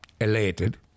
elated